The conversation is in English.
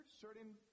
certain